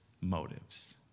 motives